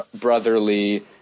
brotherly